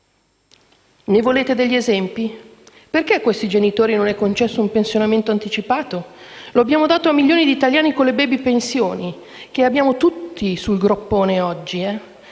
Ne volete degli esempi? Perché a questi genitori non è concesso un pensionamento anticipato? Lo abbiamo dato a milioni di italiani con le *baby* pensioni che abbiamo tutti sul groppone oggi, a